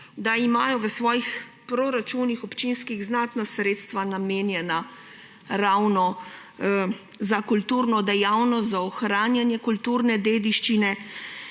da imajo v svojim proračunih občinskih znatna sredstva namenjana ravno za kulturno dejavnost, za ohranjanje kulturne dediščine.